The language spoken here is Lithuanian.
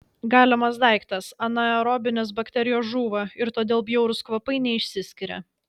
galimas daiktas anaerobinės bakterijos žūva ir todėl bjaurūs kvapai neišsiskiria